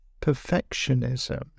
perfectionism